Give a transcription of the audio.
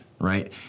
right